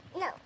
No